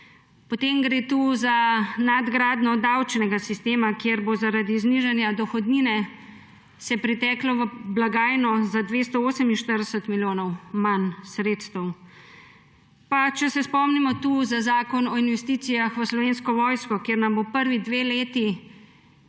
Potem gre tu za nadgradnjo davčnega sistema, kjer bo zaradi znižanja dohodnine priteklo v blagajno za 248 milijonov manj sredstev. Pa če se spomnimo tu za Zakon o investicijah v Slovensko vojsko, kjer nam bo prvi dve leti